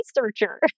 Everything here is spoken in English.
researcher